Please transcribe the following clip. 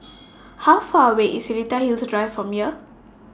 How Far away IS Seletar Hills Drive from here